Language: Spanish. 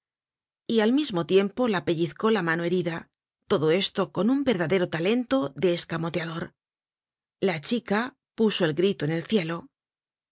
y al mismo tiempo la pellizcó la mano herida todo esto con un verdadero talento de escamoteador la chica puso el grito en el cielo la